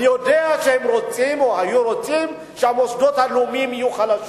אני יודע שהם רוצים או היו רוצים שהמוסדות הלאומיים יהיו חלשים.